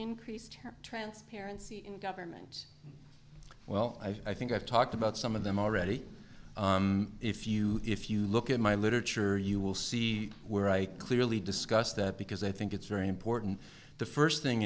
terror transparency in government well i think i've talked about some of them already if you if you look at my literature you will see where i clearly discussed that because i think it's very important the first thing